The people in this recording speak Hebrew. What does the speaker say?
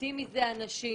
ומתים מזה אנשים,